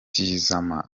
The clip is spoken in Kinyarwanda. tizama